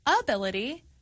ability